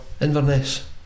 Inverness